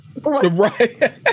Right